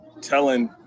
telling